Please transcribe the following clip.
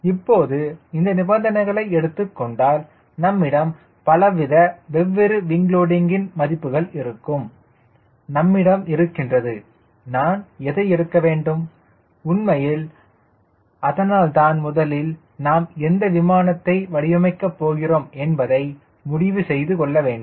இப்போது இந்த நிபந்தனைகளை எடுத்துக்கொண்டால் நம்மிடம் பலவித வெவ்வேறு விங் லோடிங்கின் மதிப்புகள் இருக்கும் நம்மிடம் இருக்கின்றது நான் எதை எடுக்க வேண்டும் உண்மையில் அதனால்தான் முதலில் நாம் எந்த விமானத்தை வடிவமைக்க போகிறோம் என்பதை முடிவு செய்து கொள்ள வேண்டும்